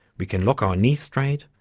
we can lock our knees straight,